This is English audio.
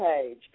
page